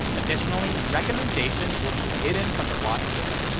additionally, recommendations will be hidden from the watch page,